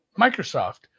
Microsoft